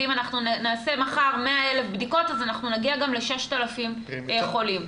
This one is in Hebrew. ואם נעשה מחר 100,000 בדיקות אז נגיע גם ל-6,000 חולים.